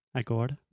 agora